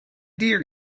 dear